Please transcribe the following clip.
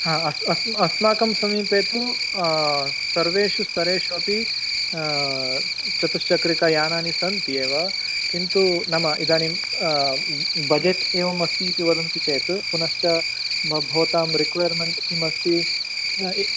अस्माकं समीपे तु सर्वेषु स्तरेषु अपि चतुश्चक्रिकायानानि सन्ति एव किन्तु नाम इदानीं बड्जट् एवं अस्ति इति वदन्ति चेत् पुनश्च भवतां रेकवर्यर्मेण्ट् किं अस्ति